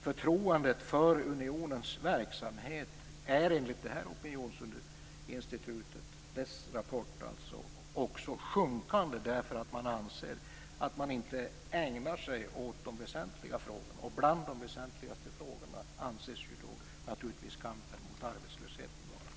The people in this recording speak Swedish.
Förtroendet för unionens verksamhet är enligt opinionsinstitutets rapport också sjunkande därför att de tillfrågade anser att man inte ägnar sig åt de väsentliga frågorna, och bland de väsentligaste frågorna anses ju naturligtvis kampen mot arbetslösheten vara.